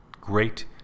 great